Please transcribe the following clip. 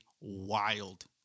wild